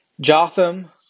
Jotham